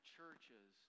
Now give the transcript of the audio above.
churches